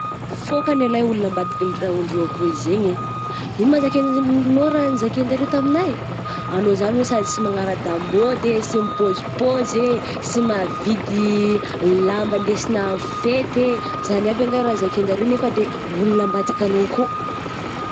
Fokagny lahy olona ambadika ndr- ndreo ko zegny eh, ino ma zakainy izy nao raha nizakainy andreo taminah? Eh, anao zany hono sady sy manara-damôdy eh, sy mipôzipôzy eh, sy mahavidy lamba hindesigna fety eh, zany aby anga ka zakainy zareo nefa de olona ambadika anao kô.